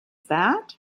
that